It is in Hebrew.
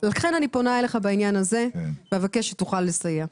לכן אני פונה אליך בעניין הזה ואבקש אם תוכל לסייע.